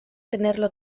tenerlo